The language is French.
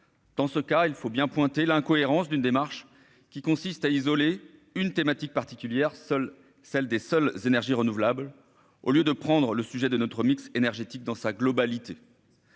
Dans ce cas, il faut bien pointer l'incohérence d'une démarche qui consiste à isoler une thématique particulière, seule celle des seules énergies renouvelables au lieu de prendre le sujet de notre mix énergétique dans sa globalité.